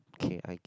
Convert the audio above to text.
K I